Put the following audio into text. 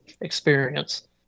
experience